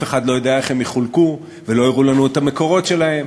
אחד לא יודע איך הם יחולקו ולא יראו לנו את המקורות שלהם,